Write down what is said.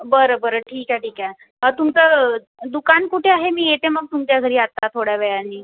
बरं बरं ठीक आहे ठीक आहे तुमचं दुकान कुठे आहे मी येते मग तुमच्या घरी आता थोड्या वेळानी